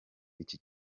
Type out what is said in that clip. iki